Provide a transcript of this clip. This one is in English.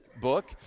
book